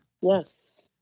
Yes